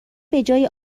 بجای